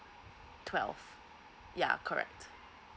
twelve yeah correct